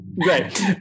Great